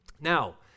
Now